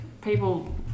people